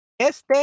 este